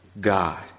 God